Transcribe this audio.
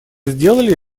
сделали